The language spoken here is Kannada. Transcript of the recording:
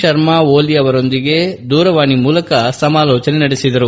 ಶರ್ಮಾ ಒಲಿ ಅವರೊಂದಿಗೆ ದೂರವಾಣಿ ಮೂಲಕ ಸಮಾಲೋಚನೆ ನಡೆಸಿದರು